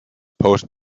post